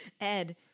ed